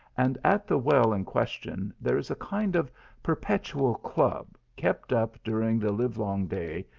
and at the well in question there is a kind of per petual club kept up during the live-long day,